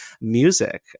music